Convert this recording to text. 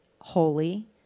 holy